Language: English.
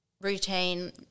routine